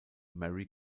mary